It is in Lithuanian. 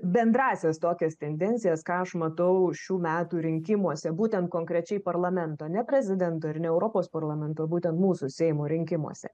bendrąsias tokias tendencijas ką aš matau šių metų rinkimuose būtent konkrečiai parlamento ne prezidento ir ne europos parlamento būtent mūsų seimo rinkimuose